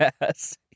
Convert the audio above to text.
Yes